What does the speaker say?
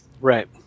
Right